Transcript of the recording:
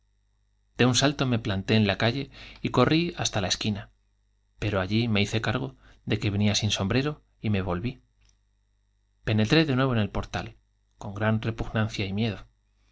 de un salto me planté en la calle y corrí hasta la allí me hice cargo de que venía sin esquina pero sombrero y me volví penetré de nuevo en el portal con gran repugnancia y miedo